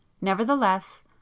Nevertheless